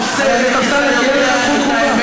אתה עושה את זה כי אתה יודע את האמת.